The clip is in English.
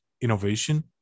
innovation